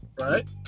right